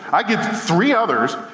i give three others,